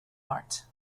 mart